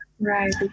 Right